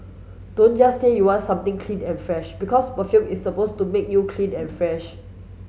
don't just say you want something clean and fresh because perfume is supposed to make you clean and fresh